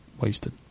wasted